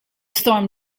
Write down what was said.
storm